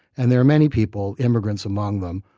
and there are many people, immigrants among them,